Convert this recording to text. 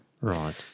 Right